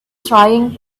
trying